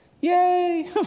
Yay